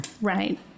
Right